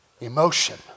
emotion